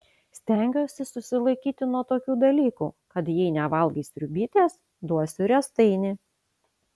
stengiuosi susilaikyti nuo tokių dalykų kad jei nevalgai sriubytės duosiu riestainį